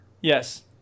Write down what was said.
yes